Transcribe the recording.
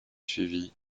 suivit